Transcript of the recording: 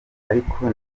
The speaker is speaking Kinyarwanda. ariko